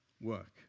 work